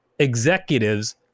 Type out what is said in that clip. Executives